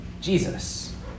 Jesus